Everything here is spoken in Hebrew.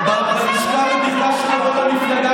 אין לך שום מנדט מהציבור.